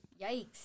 Yikes